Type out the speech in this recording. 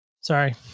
sorry